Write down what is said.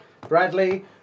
Bradley